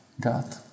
God